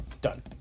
Done